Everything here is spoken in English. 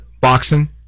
Boxing